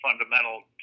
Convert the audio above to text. fundamental